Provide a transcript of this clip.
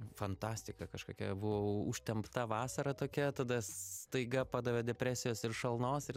fantastika kažkokia buvo užtempta vasara tokia tada staiga padavė depresijos ir šalnos ir